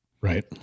Right